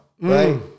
right